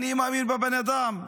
אני מאמין בבן אדם,